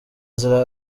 nzira